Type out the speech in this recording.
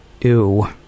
ew